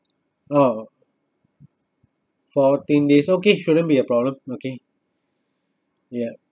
oh fourteen days okay shouldn't be a problem okay yup